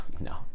No